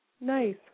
Nice